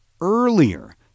earlier